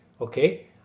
okay